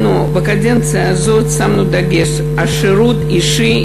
בקדנציה הזאת שמנו דגש על שירות אישי,